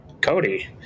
Cody